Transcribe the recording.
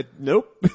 nope